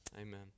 Amen